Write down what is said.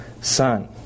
son